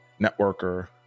networker